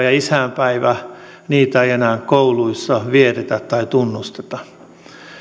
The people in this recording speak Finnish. ja isänpäivää ei enää kouluissa vietetä tai tunnusteta